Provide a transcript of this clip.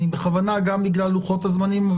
גם בגלל לוחות הזמנים,